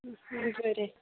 हां बरें